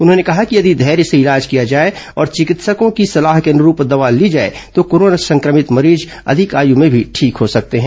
उन्होंने कहा कि यदि धैर्य से इलाज किया जाए और विकित्सकों की सलाह के अनुरूप दवा ली जाए तो कोरोना संक्रमित मरीज अधिक आय में भी ठीक हो सकते हैं